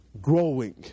Growing